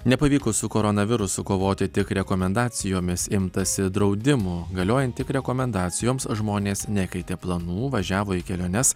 nepavykus su koronavirusu kovoti tik rekomendacijomis imtasi draudimų galiojant tik rekomendacijoms žmonės nekeitė planų važiavo į keliones